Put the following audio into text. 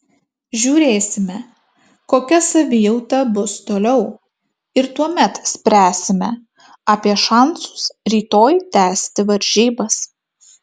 žiūrėsime kokia savijauta bus toliau ir tuomet spręsime apie šansus rytoj tęsti varžybas